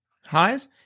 Highs